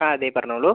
അ അതെ പറഞ്ഞോളൂ